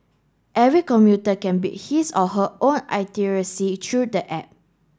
every commuter can build his or her own through the app